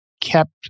kept